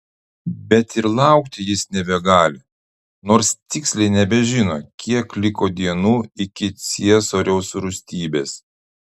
bet ir laukti jis nebegali nors tiksliai nebežino kiek liko dienų iki ciesoriaus rūstybės